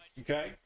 okay